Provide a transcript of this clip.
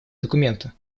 документа